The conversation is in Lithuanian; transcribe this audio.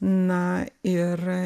na ir